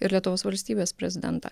ir lietuvos valstybės prezidentą